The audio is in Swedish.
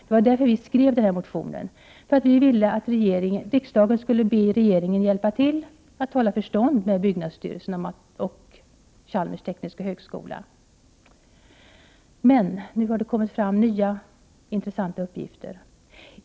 Det var därför vi skrev motionen — vi ville att riksdagen skulle be regeringen hjälpa till att tala förstånd med byggnadsstyrelsen och Chalmers tekniska högskola. Men nu har det kommit fram nya intressanta uppgifter.